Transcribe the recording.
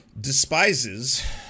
despises